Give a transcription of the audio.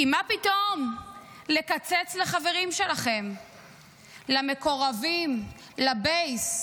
כי מה פתאום לקצץ לחברים שלכם, למקורבים, לבייס?